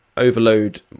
overload